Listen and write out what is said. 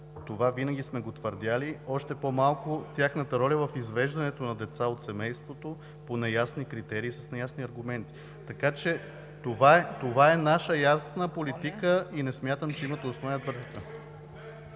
това винаги сме го твърдели, още по-малко тяхната роля в извеждането на деца от семейството по неясни критерии с неясни аргументи. Така че това е наша ясна политика и не смятам, че имате основание да твърдите...